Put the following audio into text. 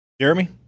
Jeremy